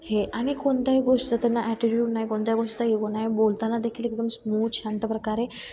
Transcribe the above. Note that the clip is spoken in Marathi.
हे आणि कोणत्याही गोष्ट त्यांना ॲटिट्यूड नाही कोणत्याही गोष्टीचा इगो नाही बोलताना देखील एकदम स्मूथ शांत प्रकारे